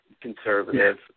conservative